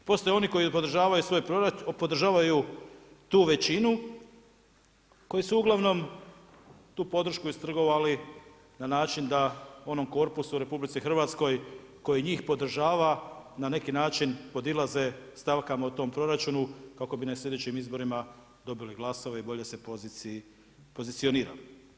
Postoji oni koji podržavaju tu većinu, koji su ugl. tu podršku istrgovali, na način da u onom korpusu u RH koji njih podržava, na neki način podilaze stavkama u tom proračunu, kako bi na sljedećim izborima dobili glasove i bolje se pozicionirali.